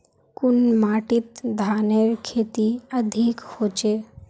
कुन माटित धानेर खेती अधिक होचे?